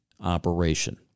operation